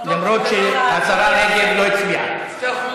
למרות שהשרה רגב לא הצביעה.